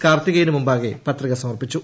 കാർത്തികേയന് മുമ്പാകെ പത്രിക സമർപ്പിച്ചു